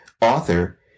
author